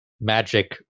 magic